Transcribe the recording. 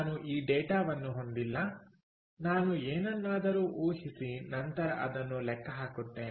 ನಾನು ಈ ಡೇಟಾವನ್ನು ಹೊಂದಿಲ್ಲ ನಾನು ಏನನ್ನಾದರೂ ಊಹಿಸಿ ನಂತರ ಅದನ್ನು ಲೆಕ್ಕ ಹಾಕುತ್ತೇನೆ